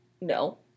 No